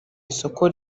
isoko